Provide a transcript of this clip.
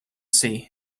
sea